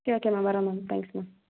okay okay ma'am வரோம் ma'am thanks ma'am